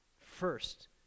First